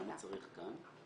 אז למה צריך כאן?